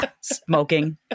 Smoking